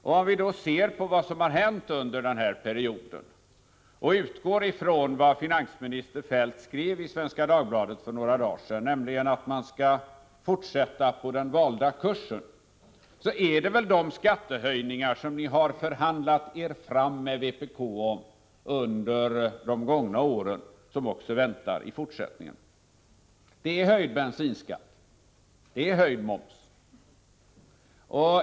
Om vi nu ser till vad som har hänt under den här perioden och utgår från vad finansminister Feldt skrev i Svenska Dagbladet för ett par dagar sedan, nämligen att man skall fortsätta på den valda kursen, är det väl sådana skattehöjningar som ni förhandlat fram med vpk under de gångna åren som också väntar i fortsättningen, dvs. höjd bensinskatt och höjd moms.